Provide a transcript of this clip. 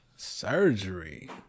surgery